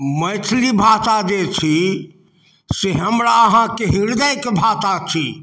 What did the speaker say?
मैथिली भाषा जे छी से हमरा अहाँके हृदयके भाषा छी